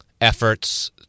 efforts